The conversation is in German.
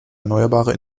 erneuerbare